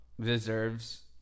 deserves